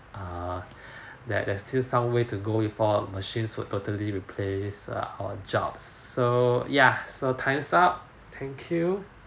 uh that there's still some way to go before machines would totally replace err our job so ya so time's up thank you